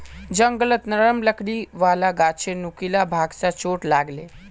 जंगलत नरम लकड़ी वाला गाछेर नुकीला भाग स चोट लाग ले